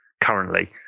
currently